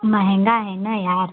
महँगा है ना यार